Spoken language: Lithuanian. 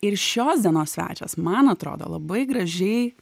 ir šios dienos svečias man atrodo labai gražiai